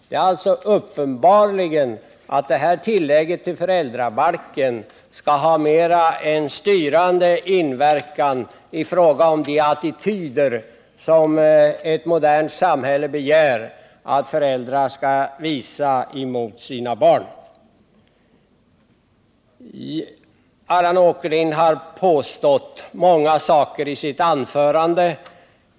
Det är därför uppenbart att det här tillägget till föräldrabalken mera skall ha en styrande inverkan när det gäller de attityder som ett modernt samhälle begär att föräldrar skall visa gentemot sina barn. Allan Åkerlind gjorde många påståenden i sitt anförande.